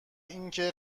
اینکه